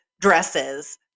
dresses